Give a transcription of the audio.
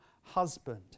husband